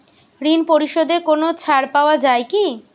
ঋণ পরিশধে কোনো ছাড় পাওয়া যায় কি?